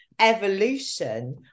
evolution